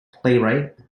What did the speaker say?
playwright